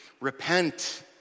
repent